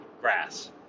grass